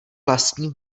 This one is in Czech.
vlastní